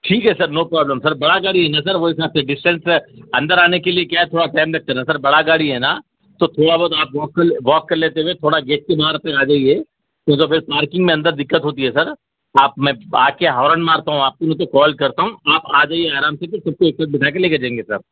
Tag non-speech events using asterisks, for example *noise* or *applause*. ٹھیک ہے sir no problem sir بڑا گاڑی ہے نا سر *unintelligible* سے ڈسٹینس ہے اندر آنے کے لیے کیا تھوڑا ٹائم لگتے نا سر بڑا گاڑی ہے نا تھوڑا بہت آپ واک کر لیں واک کر لیتے ہوئے تھوڑا گیٹ کے باہر آپ لوگ آ جائیے نہیں تو پھر پارکنگ میں اندر دقت ہوتی ہے سر آپ میں آ کے ہورن مارتا ہوں آپ بولو تو کال کرتا ہوں آپ آ جائیے آرام سے پھر سب کو ایک ساتھ بیٹھا کر لے کے جائیں گے سر